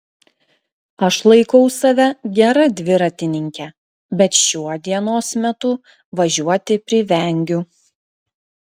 aš laikau save gera dviratininke bet šiuo dienos metu važiuoti privengiu